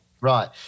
right